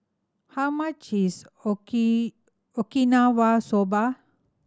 how much is Okinawa Soba